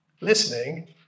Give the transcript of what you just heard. listening